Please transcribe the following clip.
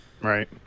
Right